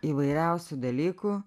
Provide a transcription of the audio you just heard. įvairiausių dalykų